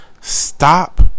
stop